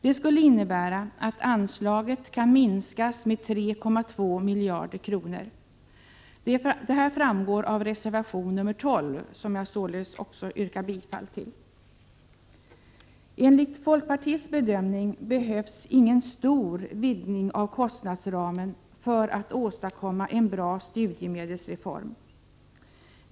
Det skulle innebära att anslaget kan minskas med 3,2 miljarder kronor. Detta framgår av reservation 12, som jag således yrkar bifall till. Enligt folkpartiets bedömning behövs ingen stor vidgning av kostnadsramen för att åstadkomma en bra studiemedelsreform.